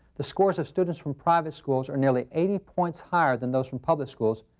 the scores of students from private schools are nearly eighty points higher than those from public schools,